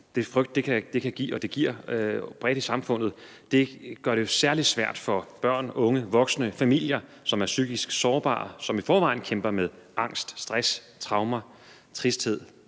det kan give og giver bredt i samfundet, gør det jo særlig svært for børn, unge, voksne og familier, som er psykisk sårbare, og som i forvejen kæmper med angst, stress, traumer, tristhed,